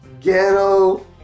ghetto